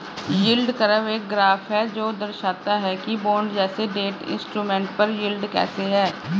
yield curve एक graph है जो दर्शाता है कि बॉन्ड जैसे डेट इंस्ट्रूमेंट पर यील्ड कैसे है